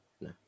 No